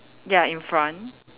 ya in front